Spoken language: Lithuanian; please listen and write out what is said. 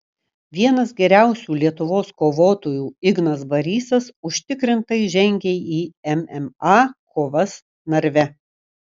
vienas geriausių lietuvos kovotojų ignas barysas užtikrintai žengė į mma kovas narve